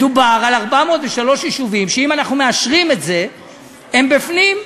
מדובר על 403 יישובים שאם אנחנו מאשרים את זה הם בפנים.